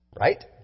right